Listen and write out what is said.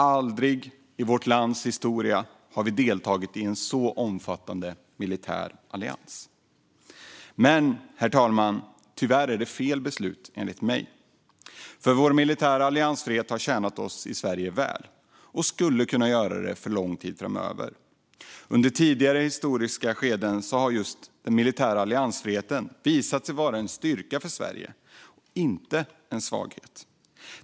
Aldrig i vårt lands historia har vi deltagit i en så omfattande militär allians. Men, herr talman, tyvärr är det fel beslut, enligt mig. Vår militära alliansfrihet har nämligen tjänat oss i Sverige väl och skulle kunna göra det för lång tid framöver. Under tidigare historiska skeden har just den militära alliansfriheten visat sig vara en styrka för Sverige, inte en svaghet.